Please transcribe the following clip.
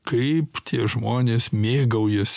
kaip tie žmonės mėgaujas